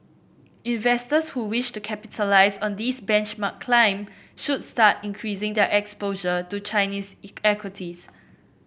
investors who wish to capitalise on this benchmark climb should start increasing their exposure to Chinese equities